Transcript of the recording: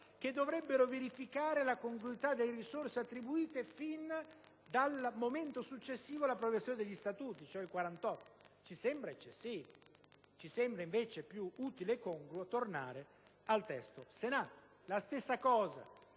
che dovrebbero verificare la congruità delle risorse attribuite fin dal momento successivo all'approvazione degli Statuti, cioè dal 1948. Questo ci sembra eccessivo, mentre ci sembra invece più utile e congruo tornare al testo approvato dal Senato.